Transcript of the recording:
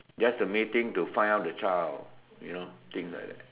just to meeting to find out the child you know things like that